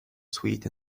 sweet